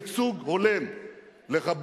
ייצוג הולם לרבים